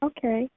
Okay